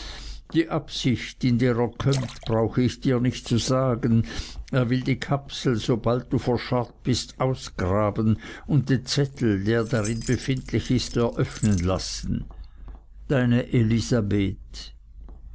die absicht in der er kömmt brauche ich dir nicht zu sagen er will die kapsel sobald du verscharrt bist ausgraben und den zettel der darin befindlich ist eröffnen lassen deine elisabeth